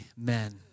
Amen